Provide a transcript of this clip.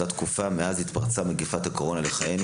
מאז התפרצה מגפת הקורונה לחיינו,